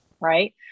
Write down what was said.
right